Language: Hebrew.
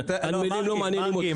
הנמלים לא מעניינים אתכם.